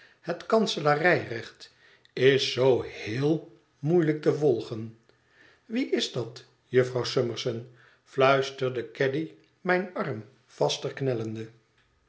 het kanselarij recht is zoo he el moeieüjk te volgen wie is dat jufvrouw summerson fluisterde caddy mijn arm vaster knellende